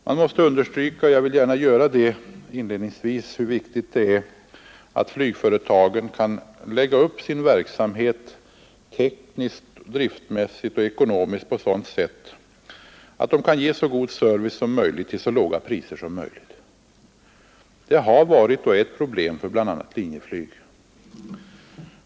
Det måste inledningsvis understrykas hur viktigt det är att flygföretagen kan lägga upp sin verksamhet tekniskt, driftmässigt och ekonomiskt på sådant sätt att de kan ge så god service som möjligt till så låga priser som möjligt. Det har varit och är ett problem för bl.a. Linjeflyg.